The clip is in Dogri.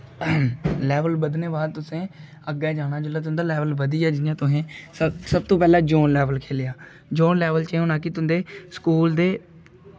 लेवल बधने बाद तुसें अग्गें जाना जेल्लै तुं'दा लेवल बधिया ते जि'यां तुसें सब तों पैह्लें जोन लेवल खेल्लेआ जोन लेवल च एह् होना कि तुं'दे स्कूल दे